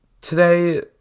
today